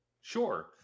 Sure